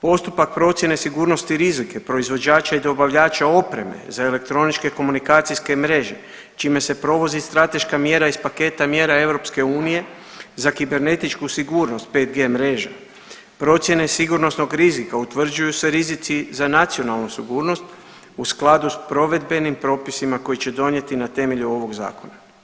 Postupak procjene sigurnosti rizika proizvođača i dobavljača opreme za elektroničke komunikacijske mreže čime se provodi strateška mjera iz paketa mjera EU za kibernetičku sigurnost 5G mreže, procjene sigurnosnog rizika utvrđuju se rizici za nacionalnu sigurnost u skladu s provedbenim propisima koji će donijeti na temelju ovog zakona.